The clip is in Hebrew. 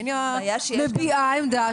הניה מביעה עמדה,